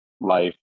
life